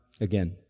again